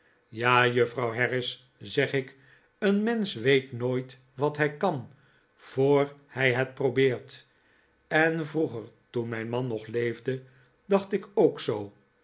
ja juffrouw harris zeg ik een mensch weet nooit wat hij kan voor hij het probeert en vroeger toen mijn man nog leef de dacht ik ook zoo